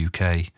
UK